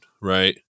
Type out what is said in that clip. right